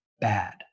bad